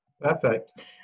perfect